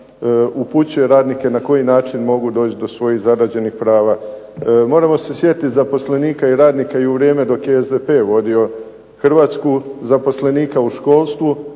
upućuje radnike na koji način mogu doći do svojih zarađenih prava. Moramo se sjetiti zaposlenika i radnika i u vrijeme dok je SDP vodio Hrvatsku, zaposlenika u školstvu,